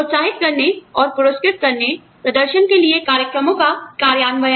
प्रोत्साहित करने और पुरस्कृत करने प्रदर्शन के लिए कार्यक्रमों का कार्यान्वयन